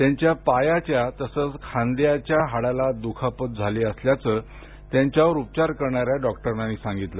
त्याच्या पायाच्या तसच खांद्याच्या हाडाला दुखापत झाली असल्याचे त्यांच्यावर उपचार करणाऱ्या डॉक्टरांनी सांगितलं